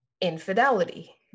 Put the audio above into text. infidelity